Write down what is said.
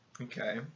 Okay